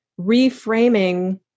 reframing